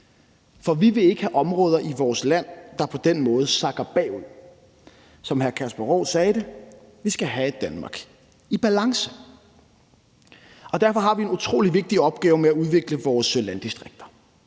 for vi vil ikke have områder i vores land, der på den måde sakker bagud. Som hr. Kasper Roug sagde det: Vi skal have et Danmark i balance. Derfor har vi en utrolig vigtig opgave med at udvikle vores landdistrikter.